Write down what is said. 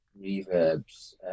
reverbs